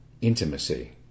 intimacy